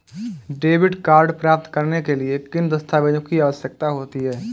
Debit card प्राप्त करने के लिए किन दस्तावेज़ों की आवश्यकता होती है?